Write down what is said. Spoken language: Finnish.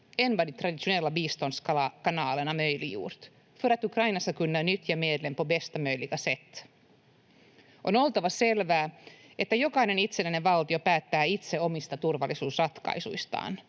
än vad de traditionella biståndskanalerna möjliggjort för att Ukraina ska kunna nyttja medlen på bästa möjliga sätt. On oltava selvää, että jokainen itsenäinen valtio päättää itse omista turvallisuusratkaisuistaan.